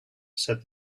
said